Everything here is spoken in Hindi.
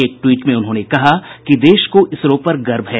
एक ट्वीट में उन्होंने कहा कि देश को इसरो पर गर्व है